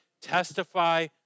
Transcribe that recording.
testify